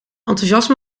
enthousiasme